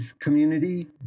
community